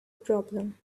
problem